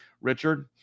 Richard